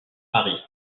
paris